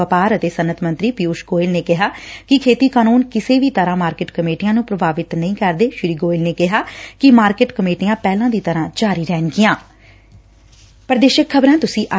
ਵਪਾਰ ਅਤੇ ਸੱਨਅਤ ਮੰਤਰੀ ਪਿਉਸ਼ ਗੋਇਲ ਨੇ ਕਿਹਾ ਕਿ ਖੇਤੀ ਕਾਨੰਨ ਕਿਸੇ ਵੀ ਤਰਾਂ ਮਾਰਕਿਟ ਕਮੇਟੀਆਂ ਨੰ ਪ੍ਰਭਾਵਿਤ ਨਹੀ ਕਰਦੇ ਸ੍ਰੀ ਗੋਇਲ ਨੇ ਕਿਹਾ ਕਿ ਮਾਰਕਿਟ ਕਮੇਟੀਆ ਪਹਿਲਾ ਦੀ ਤਰਾ ਜਾਰੀ ਰਹਿਣਗੀਆ